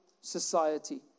society